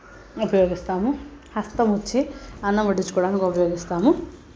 ఉపయోగిస్తాము హస్తం వచ్చి అన్నం వడ్డించుకోవడానికి ఉపయోగిస్తాము